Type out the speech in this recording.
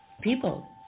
People